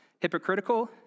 hypocritical